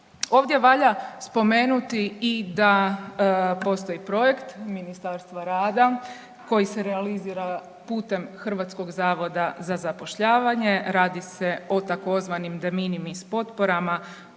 Ovdje valja spomenuti i da postoji projekt Ministarstva rada koji se realizira putem HZZ-a. Radi se o tzv. „de minimis“ potporama